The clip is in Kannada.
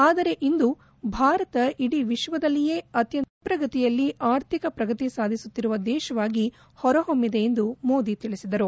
ಆದರೆ ಇಂದು ಭಾರತ ಇಡೀ ವಿಕ್ವದಲ್ಲಿಯೇ ಅತ್ವಂತ ಕ್ಷಿಪ್ರಗತಿಯಲ್ಲಿ ಆರ್ಥಿಕ ಪ್ರಗತಿ ಸಾಧಿಸುತ್ತಿರುವ ದೇಶವಾಗಿ ಹೊರಹೊಮ್ದಿದೆ ಎಂದು ಮೋದಿ ತಿಳಿಸಿದರು